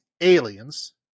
aliens